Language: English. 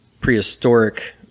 prehistoric